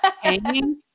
hanging